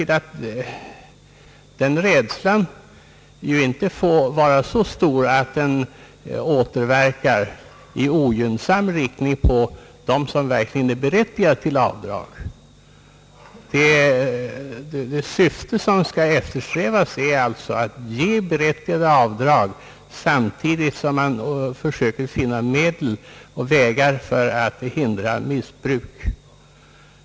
Den rädslan får dock inte vara så stor att den återverkar i ogynnsam riktning på dem som verkligen är berättigade till avdrag. Det syfte som skall eftersträvas är alltså att ge berättigade avdrag, samtidigt som man försöker finna medel för att hindra missbruk.